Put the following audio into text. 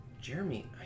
Jeremy